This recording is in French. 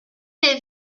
les